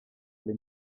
les